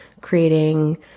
creating